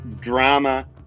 drama